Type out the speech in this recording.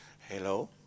Hello